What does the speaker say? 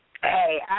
Hey